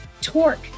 torque